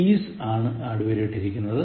Is ആണ് അടിവരയിട്ടിരിക്കുന്നത്